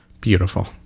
beautiful